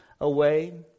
away